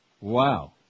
Wow